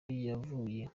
yavuye